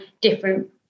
different